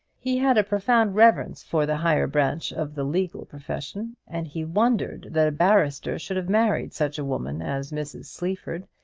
he had a profound reverence for the higher branch of the legal profession, and he pondered that a barrister should have married such a woman as mrs. sleaford,